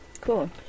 Cool